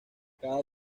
cada